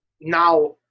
now